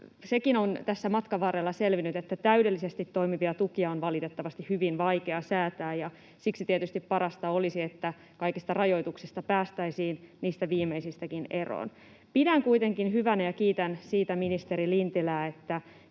Sekin on tässä matkan varrella selvinnyt, että täydellisesti toimivia tukia on valitettavasti hyvin vaikea säätää, ja siksi tietysti parasta olisi, että kaikista rajoituksista, niistä viimeisistäkin, päästäisiin eroon. Pidän kuitenkin hyvänä ja kiitän siitä ministeri Lintilää, että